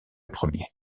premier